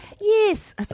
yes